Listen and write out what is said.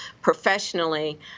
professionally